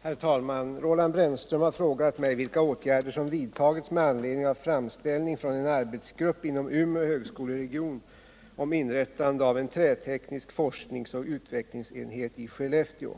Herr talman! Roland Brännström har frågat mig vilka åtgärder som vidtagits med anledning av framställning från en arbetsgrupp inom Umeå högskoleregion om inrättande av en träteknisk forskningsoch utvecklingsenhet i Skellefteå.